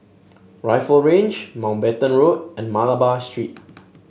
Rifle Range Mountbatten Road and Malabar Street